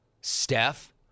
Steph